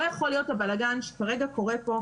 לא יכול להיות הבלגן שכרגע קורה כאן.